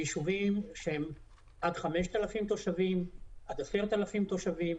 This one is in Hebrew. יישובים שהם עד 5,000 או 10,000 תושבים,